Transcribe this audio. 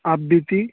آپ بیتی